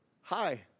Hi